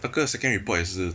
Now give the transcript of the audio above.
那个 second report 也是